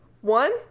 one